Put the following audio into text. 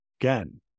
again